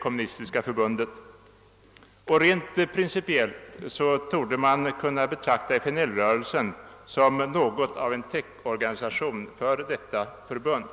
Kommunistiska förbundet, och rent principiellt torde man kunna betrakta FNL-rörelsen som något av en täckorganisation för detta förbund.